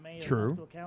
True